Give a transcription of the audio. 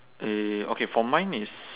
eh okay for mine is